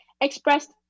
expressed